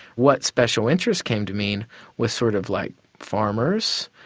what special interest came to mean was sort of like farmers,